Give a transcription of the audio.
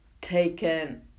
taken